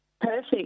perfect